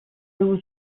two